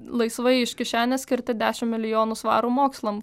laisvai iš kišenės skirti dešimt milijonų svarų mokslam